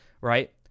Right